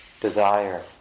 desire